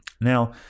Now